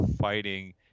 fighting